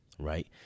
Right